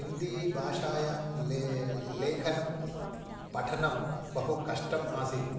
हिन्दीभाषायां ले लेखनं पठनं बहु कष्टम् आसीत्